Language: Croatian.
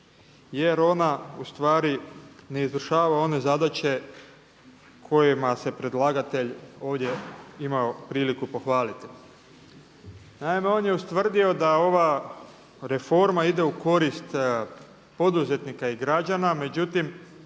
jer ona ustvari ne izvršava one zadaće kojima se predlagatelj ovdje imao priliku pohvaliti. Naime, on je ustvrdio da ova reforma ide u korist poduzetnika i građana